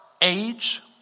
age